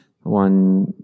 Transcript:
one